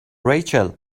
ریچل